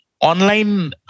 online